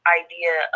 idea